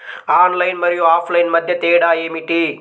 Online మరియు offline మధ్య తేడా ఏమిటీ?